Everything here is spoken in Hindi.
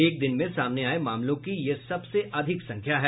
एक दिन में सामने आये मामलों की यह सबसे अधिक संख्या है